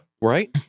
Right